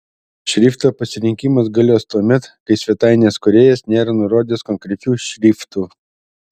šrifto pasirinkimas galios tuomet kai svetainės kūrėjas nėra nurodęs konkrečių šriftų